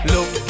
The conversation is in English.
Look